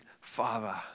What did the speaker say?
father